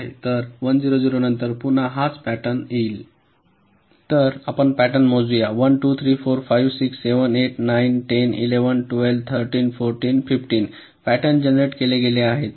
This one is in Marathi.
तर 1 0 0 नंतर पुन्हा हाच पॅटर्न येईल तर आपण पॅटर्न मोजूया 1 2 3 4 5 6 7 8 9 10 11 12 13 14 15 पॅटर्न जनरेट केले गेले आहेत